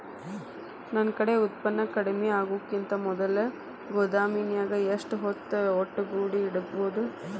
ನನ್ ಕಡೆ ಉತ್ಪನ್ನ ಕಡಿಮಿ ಆಗುಕಿಂತ ಮೊದಲ ಗೋದಾಮಿನ್ಯಾಗ ಎಷ್ಟ ಹೊತ್ತ ಒಟ್ಟುಗೂಡಿ ಇಡ್ಬೋದು?